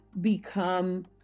become